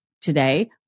today